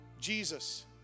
Jesus